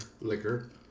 Liquor